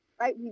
right